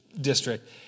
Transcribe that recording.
district